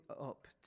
up